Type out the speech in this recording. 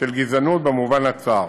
של גזענות במובן הצר.